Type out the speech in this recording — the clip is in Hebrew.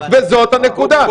וזאת הנקודה.